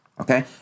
Okay